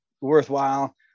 worthwhile